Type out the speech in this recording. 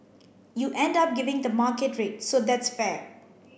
you end up giving the market rate so that's fair